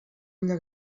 olla